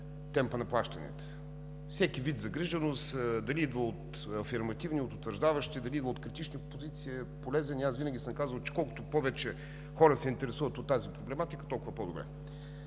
темпа на плащанията. Всеки вид загриженост – дали идва от афирмативни, утвърждаващи, или идва от критични позиции, е полезен и аз винаги съм казвал, че колкото повече хора се интересуват от тази проблематика, толкова по-добре.